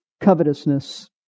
covetousness